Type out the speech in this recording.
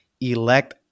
elect